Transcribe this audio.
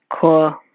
Cool